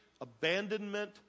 abandonment